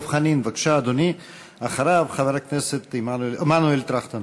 הרב, המכתב